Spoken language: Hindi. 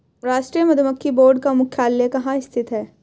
राष्ट्रीय मधुमक्खी बोर्ड का मुख्यालय कहाँ स्थित है?